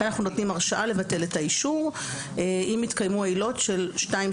כאן אנחנו נותנים הרשאה לבטל את האישור אם התקיימו העילות של 2,